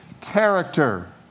character